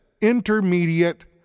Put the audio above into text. intermediate